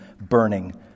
burning